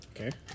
Okay